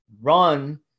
run